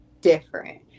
different